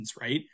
right